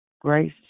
Grace